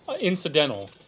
incidental